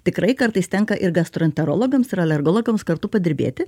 tikrai kartais tenka ir gastroenterologams ir alergologams kartu padirbėti